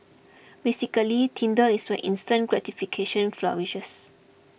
basically Tinder is where instant gratification flourishes